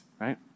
right